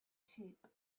sheep